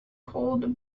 cold